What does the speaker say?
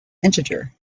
integer